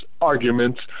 arguments